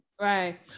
Right